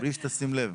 בלי שתשים לב.